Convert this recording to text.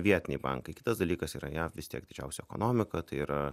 vietiniai bankai kitas dalykas yra jav vis tiek didžiausia ekonomika tai yra